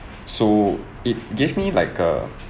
so it gave me like a